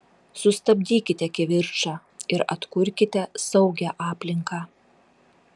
sustabdykite kivirčą ir atkurkite saugią aplinką